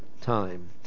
time